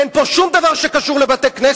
אין פה שום דבר שקשור לבתי-כנסת.